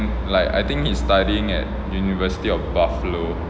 like I think he's studying at University of Buffalo